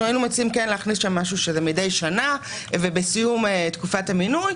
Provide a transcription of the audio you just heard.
אנחנו היינו מציעים שיירשם "מדי שנה ובסיום תקופת המינוי,